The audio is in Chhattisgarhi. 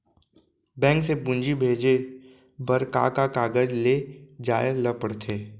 बैंक से पूंजी भेजे बर का का कागज ले जाये ल पड़थे?